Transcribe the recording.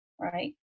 Right